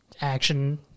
action